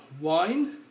wine